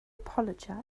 apologize